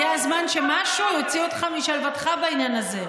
הגיע הזמן שמשהו יוציא אותך משלוותך בעניין הזה.